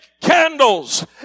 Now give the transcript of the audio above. candles